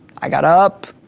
i got up,